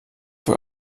für